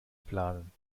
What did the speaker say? planen